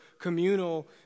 communal